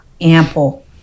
ample